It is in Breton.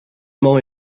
mañ